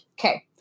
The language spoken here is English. Okay